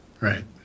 Right